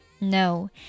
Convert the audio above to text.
No